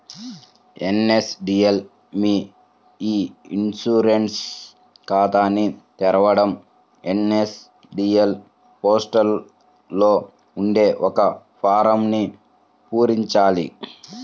NSDL మీ e insurance ఖాతాని తెరవడం ఎన్.ఎస్.డి.ఎల్ పోర్టల్ లో ఉండే ఒక ఫారమ్ను పూరించాలి